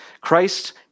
Christ